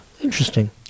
Interesting